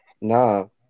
No